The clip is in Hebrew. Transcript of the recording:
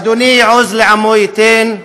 ה' עוז לעמו ייתן,